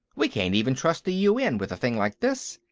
we can't even trust the un with a thing like this.